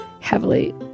heavily